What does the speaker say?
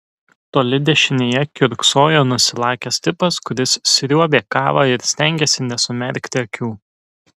toli dešinėje kiurksojo nusilakęs tipas kuris sriuobė kavą ir stengėsi nesumerkti akių